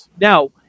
Now